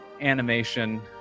Animation